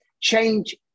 change